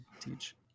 teach